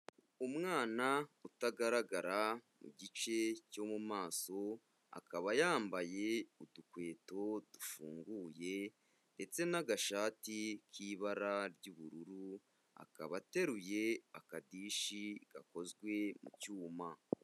Umwana utagaragara mu gice cyo mu maso, akaba yambaye udukweto dufunguye, ndetse n'agashati k'ibara ry'ubururu, akaba ateruye akadishi gakozwe mu cyuma.